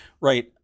right